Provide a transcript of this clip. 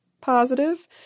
positive